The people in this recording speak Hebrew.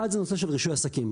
אחד זה נושא של רישוי עסקים.